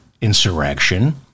insurrection